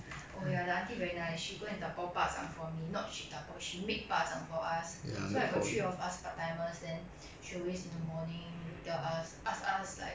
oh ya the aunty very nice she go and dabao ba zhang for me not she dabao she make ba zhang for us so like got three of us part timers then she always in the morning tell us ask us like